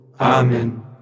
Amen